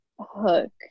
Hook